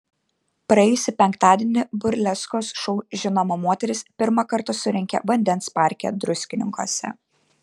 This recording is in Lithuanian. praėjusį penktadienį burleskos šou žinoma moteris pirmą kartą surengė vandens parke druskininkuose